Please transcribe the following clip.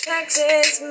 Texas